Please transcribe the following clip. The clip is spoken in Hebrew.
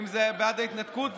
ואם זה בעד ההתנתקות,